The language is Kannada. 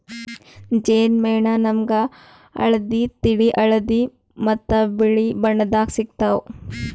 ಜೇನ್ ಮೇಣ ನಾಮ್ಗ್ ಹಳ್ದಿ, ತಿಳಿ ಹಳದಿ ಮತ್ತ್ ಬಿಳಿ ಬಣ್ಣದಾಗ್ ಸಿಗ್ತಾವ್